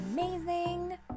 amazing